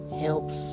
helps